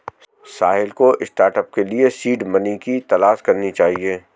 साहिल को स्टार्टअप के लिए सीड मनी की तलाश करनी चाहिए